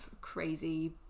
crazy